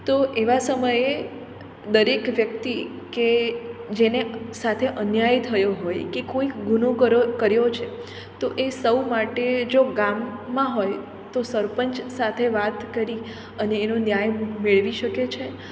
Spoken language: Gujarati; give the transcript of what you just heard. તો એવા સમયે દરેક વ્યક્તિ કે જેની સાથે અન્યાય થયો હોય કે કોઈક ગુનો કરો કર્યો છે તો એ સૌ માટે જો ગામમાં હોય તો સરપંચ સાથે વાત કરી અને એનો ન્યાય મેળવી શકે છે